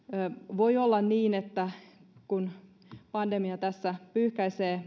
voi olla niin että kun pandemia tässä pyyhkäisee